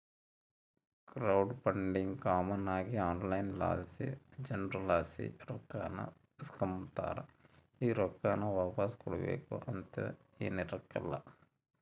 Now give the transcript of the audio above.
crowd funding common ಆಗಿ online ಲಾಸಿ ಜನುರ್ಲಾಸಿ ರೊಕ್ಕಾನ ಇಸ್ಕಂಬತಾರ, ಈ ರೊಕ್ಕಾನ ವಾಪಾಸ್ ಕೊಡ್ಬಕು ಅಂತೇನಿರಕ್ಲಲ್ಲ